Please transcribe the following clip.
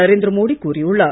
நரேந்திர மோடி கூறியுள்ளார்